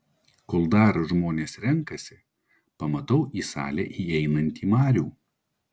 kol dar žmonės renkasi pamatau į salę įeinantį marių